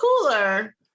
cooler